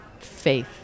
Faith